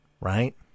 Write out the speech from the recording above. right